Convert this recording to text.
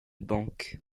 banque